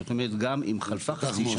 זאת אומרת גם אם חלפה חצי שנה.